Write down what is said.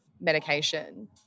medication